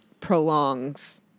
prolongs